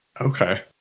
Okay